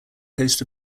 coast